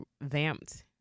vamped